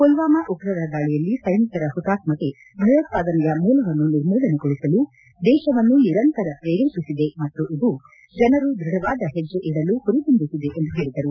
ಪುಲ್ವಾಮಾ ಉಗ್ರರ ದಾಳಿಯಲ್ಲಿ ಸೈನಿಕರ ಹುತಾತ್ಮತೆ ಭಯೋತ್ಪಾದನೆಯ ಮೂಲವನ್ನು ನಿರ್ಮೂಲನೆಗೊಳಿಸಲು ದೇಶವನ್ನು ನಿರಂತರ ಪ್ರೇರೇಪಿಸಿದೆ ಮತ್ತು ಇದು ಜನರು ದೃಢವಾದ ಹೆಜ್ಜೆ ಇಡಲು ಹುರಿದುಂಬಿಸಿದೆ ಎಂದು ಹೇಳಿದರು